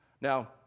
Now